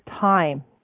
time